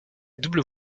doubles